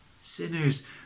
sinners